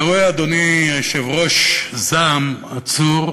אתה רואה, אדוני היושב-ראש, זעם עצור,